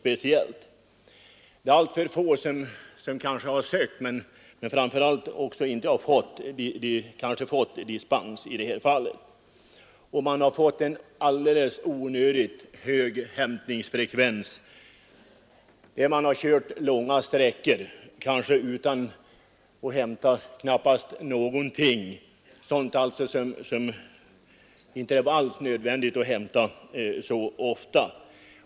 Proceduren i fråga om dispens är krånglig för individen och alltför få har sökt — och framför allt fått — dispens i sådana här fall. Många kommuner har haft en alldeles onödigt hög hämtningsfrekvens när det gäller avfall som det inte är nödvändigt att hämta så ofta.